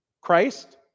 Christ